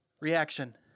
Reaction